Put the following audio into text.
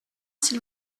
s’il